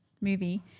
movie